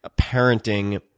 parenting